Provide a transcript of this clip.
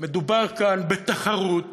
מדובר כאן בתחרות